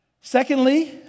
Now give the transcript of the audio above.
Secondly